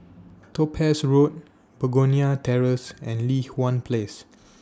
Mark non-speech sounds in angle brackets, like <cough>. Topaz Road Begonia Terrace and Li Hwan Place <noise>